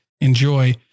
enjoy